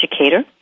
educator